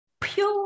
pure